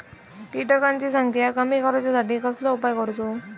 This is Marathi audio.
किटकांची संख्या कमी करुच्यासाठी कसलो उपाय करूचो?